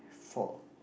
fall